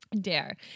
Dare